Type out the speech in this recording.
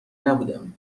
نبودم